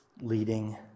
leading